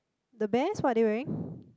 the bears what are they wearing